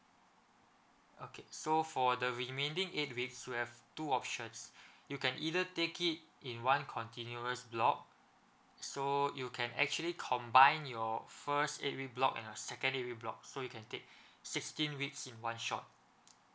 okay so for the remaining eight weeks you have two options you can either take it in one continuous block so you can actually combine your first eight week block and your second eight week blocks so you can take sixteen weeks in one shot